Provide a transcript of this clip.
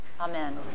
amen